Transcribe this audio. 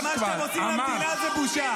וכל הקואליציה הזאת בושה.